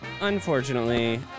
unfortunately